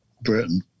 Britain